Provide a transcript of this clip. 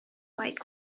fight